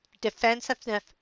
defensiveness